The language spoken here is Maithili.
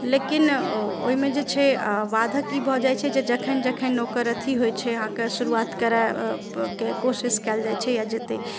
लेकिन ओहिमे जे छै बाधक ई भऽ जाइत छै जे जखन जखन ओकर अथी होइत छै अहाँके शुरुआत करायल कोशिश कयल जाइत छै या जतेक